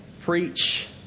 preach